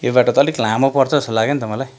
यो बाटो त अलिक लामो पर्छ जस्तो लाग्यो नि त मलाई